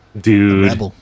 dude